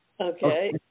Okay